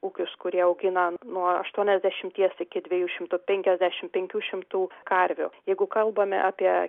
ūkius kurie augina nuo aštuoniasdešimties iki dviejų šimtų penkiasdešimt penkių šimtų karvių jeigu kalbame apie